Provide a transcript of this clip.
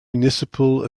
municipal